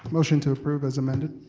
motion to approve as amended.